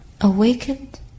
awakened